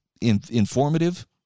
informative